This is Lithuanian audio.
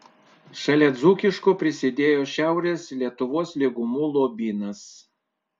šalia dzūkiško prisidėjo šiaurės lietuvos lygumų lobynas